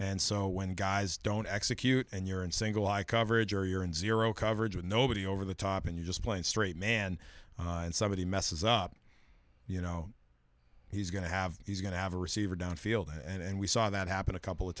and so when guys don't execute and you're in single eye coverage or you're in zero coverage with nobody over the top and you're just playing straight man and somebody messes up you know he's going to have he's going to have a receiver downfield and we saw that happen a couple of